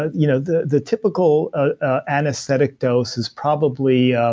ah you know the the typical ah anesthetic dose is probably